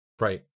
Right